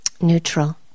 neutral